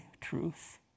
truth